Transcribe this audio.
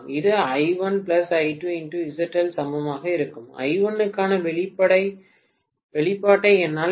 I1 க்கான வெளிப்பாட்டை என்னால் எழுத முடியும்